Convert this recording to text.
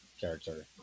character